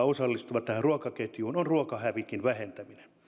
osallistuvia on ruokahävikin vähentäminen